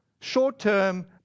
short-term